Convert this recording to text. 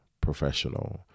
professional